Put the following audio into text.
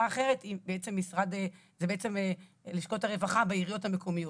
האחרת זה בעצם לשכות הרווחה בעיריות המקומיות.